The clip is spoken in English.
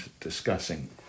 discussing